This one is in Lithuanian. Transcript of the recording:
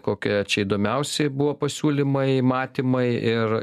kokie čia įdomiausi buvo pasiūlymai matymai ir